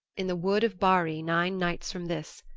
in the wood of barri nine nights from this.